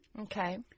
Okay